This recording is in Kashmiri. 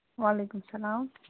وعلیکُم السلام